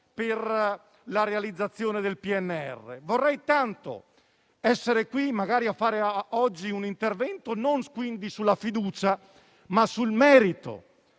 per la realizzazione del PNRR. Vorrei tanto essere qui oggi magari a svolgere un intervento non sulla fiducia, ma sul merito